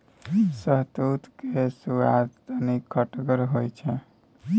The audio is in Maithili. शहतुत केर सुआद कनी खटगर होइ छै